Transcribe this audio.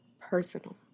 personal